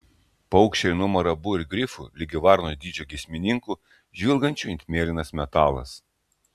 paukščiai nuo marabu ir grifų ligi varnos dydžio giesmininkų žvilgančių it mėlynas metalas